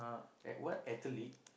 at what athletic